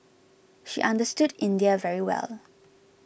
she understood India very well